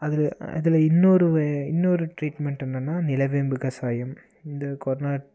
அதில் இதில் இன்னொரு வ இன்னொரு ட்ரீட்மெண்ட் என்னென்னா நிலவேம்பு கசாயம் இந்த கொரோனா